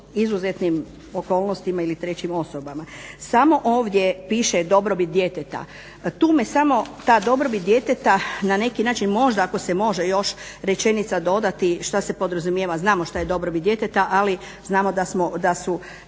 izuzetnim okolnostima ili trećim osobama. Samo ovdje piše dobrobit djeteta. Tu me samo ta dobrobit djeteta na neki način možda ako se može još rečenica dodati što se podrazumijeva. Znamo što je dobrobit djeteta, ali znamo da su